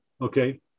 okay